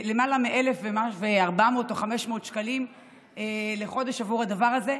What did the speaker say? למעלה מ-1,400 או 1,500 שקלים לחודש עבור הדבר הזה,